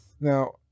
Now